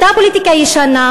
אותה פוליטיקה ישנה,